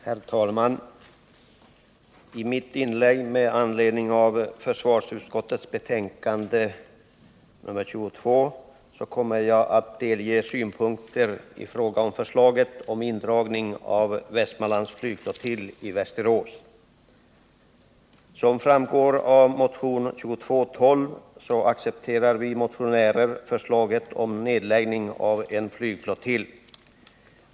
Herr talman! I mitt inlägg med anledning av försvarsutskottets betänkande nr 22 kommer jag att anföra synpunkter på förslaget om indragning av Västmanlands flygflottilj i Västerås. Som framgår av motion 2212 accepterar vi motionärer förslaget om nedläggning av en flygflottilj.